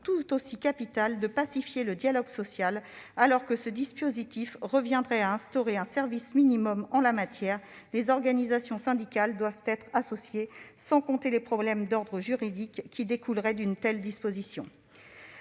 tout aussi capital de pacifier le dialogue social. Alors que ce dispositif reviendrait à instaurer un service minimum, les organisations syndicales doivent être associées à nos débats. Sans compter les problèmes d'ordre juridique qui découleraient d'une telle disposition.